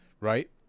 right